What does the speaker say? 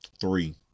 three